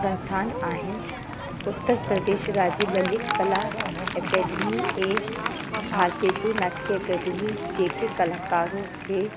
संस्थान आहिनि उत्तर प्रदेश राज्य ललित कला एकेडमी ए भारतेतू नाटके एकेडमी जेके कलाकारनि खे